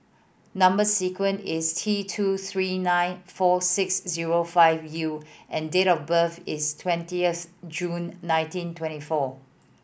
number sequence is T two three nine four six zero five U and date of birth is twentieth June nineteen twenty four